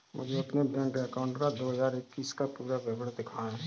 मुझे अपने bank account का दो हज़ार इक्कीस का पूरा विवरण दिखाएँ?